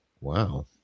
wow